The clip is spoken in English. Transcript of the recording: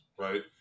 Right